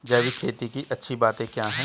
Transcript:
जैविक खेती की अच्छी बातें क्या हैं?